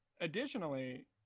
Additionally